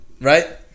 right